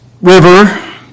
River